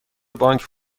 بانک